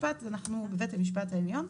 המשפט העליון.